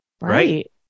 Right